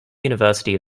university